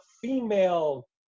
female